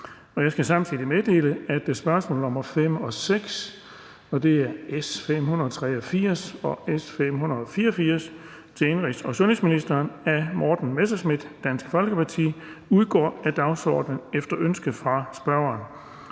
Jeg skal samtidig meddele, at spørgsmål nr. 5 og 6 på dagsordenen (spm. nr. S 583 og S 584) til indenrigs- og sundhedsministeren af Morten Messerschmidt (DF) udgår af dagsordenen efter ønske fra spørgeren.